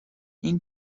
این